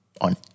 on